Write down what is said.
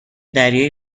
دریایی